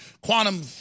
quantum